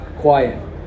quiet